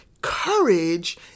courage